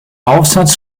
aufsatz